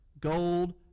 gold